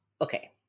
Okay